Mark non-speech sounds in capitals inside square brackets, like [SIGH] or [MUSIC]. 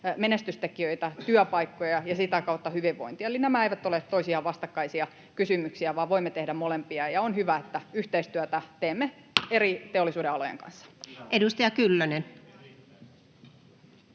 menestystekijöitä, työpaikkoja ja sitä kautta hyvinvointia. Eli nämä eivät ole toisilleen vastakkaisia kysymyksiä, vaan voimme tehdä molempia. Ja on hyvä, että teemme yhteistyötä [NOISE] eri teollisuudenalojen kanssa. [Speech